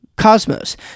Cosmos